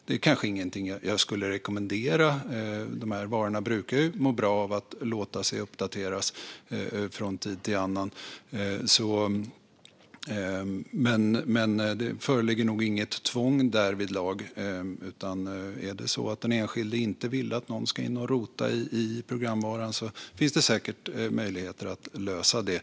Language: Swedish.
Det är kanske ingenting jag skulle rekommendera - de här varorna brukar ju må bra av att låta sig uppdateras från tid till annan - men det föreligger nog inget tvång därvidlag. Är det så att den enskilde inte vill att någon ska in och rota i programvaran finns det säkert möjligheter att lösa detta.